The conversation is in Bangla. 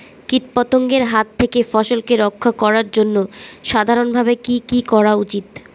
কীটপতঙ্গের হাত থেকে ফসলকে রক্ষা করার জন্য সাধারণভাবে কি কি করা উচিৎ?